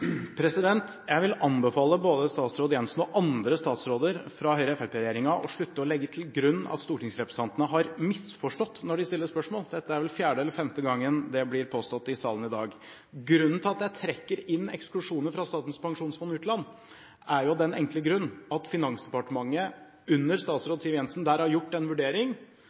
Jeg vil anbefale både statsråd Jensen og andre statsråder fra Høyre–Fremskrittsparti-regjeringen å slutte å legge til grunn at stortingsrepresentantene har misforstått når de stiller spørsmål. Dette er vel fjerde eller femte gangen det blir påstått i salen i dag. Grunnen til at jeg trekker inn eksklusjoner fra Statens pensjonsfond utland er at Finansdepartementet under statsråd Siv Jensen har gjort en vurdering